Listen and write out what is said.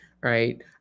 Right